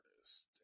artist